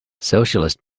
socialist